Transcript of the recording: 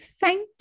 thank